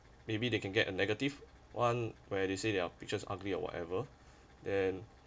maybe they can get a negative one where they say their pictures ugly or whatever then